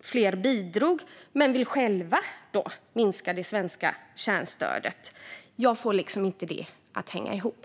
fler bidrog men vill själv minska det svenska kärnstödet. Jag får liksom inte det att hänga ihop.